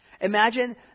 Imagine